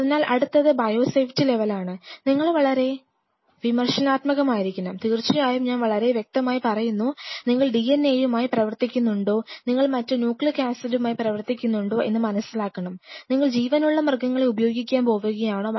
അതിനാൽ അടുത്തത് bio safety ലെവലാണ് നിങ്ങൾ വളരെ വിമർശനാത്മകമായിരിക്കണം തീർച്ചയായും ഞാൻ വളരെ വ്യക്തമായി പറയുന്നു നിങ്ങൾ ഡിഎൻഎയുമായി പ്രവർത്തിക്കുന്നുണ്ടോ നിങ്ങൾ മറ്റ് ന്യൂക്ലിക് ആസിഡുകളുമായി പ്രവർത്തിക്കുന്നുണ്ടോ എന്ന് മനസ്സിലാക്കണംനിങ്ങൾ ജീവനുള്ള മൃഗങ്ങളെ ഉപയോഗിക്കാൻ പോവുകയാണോ